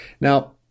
Now